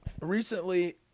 Recently